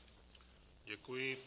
Děkuji.